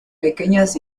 pequeñas